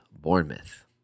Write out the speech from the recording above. Bournemouth